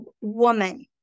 woman